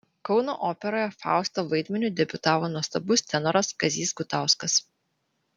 kauno operoje fausto vaidmeniu debiutavo nuostabus tenoras kazys gutauskas